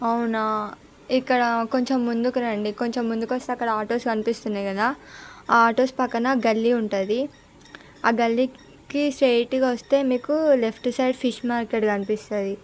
అవునా ఇక్కడ కొంచెం ముందుకు రండి కొంచెం ముందుకు వస్తే అక్కడ ఆటోస్ కనిపిస్తున్నాయి కదా ఆ ఆటోస్ పక్కన ఒక గల్లీ ఉంటుంది ఆ గల్లీకి స్ట్రెయిట్గా వస్తే మీకు లెఫ్ట్ సైడ్ ఫిష్ మార్కెట్ కనిపిస్తుంది